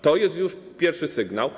To jest już pierwszy sygnał.